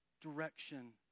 direction